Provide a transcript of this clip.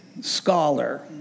scholar